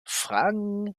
fragen